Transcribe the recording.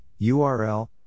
Url